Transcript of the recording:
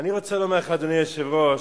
אני רוצה לומר לך, אדוני היושב-ראש,